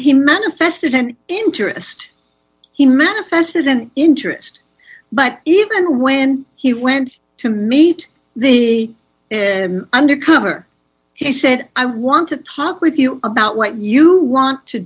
he manifested an interest he manifested an interest but even when he went to meet the and under cover he said i want to talk with you about what you want to